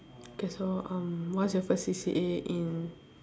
okay so um what's your first C_C_A in